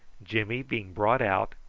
jimmy being brought out,